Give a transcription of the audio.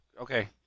okay